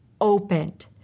opened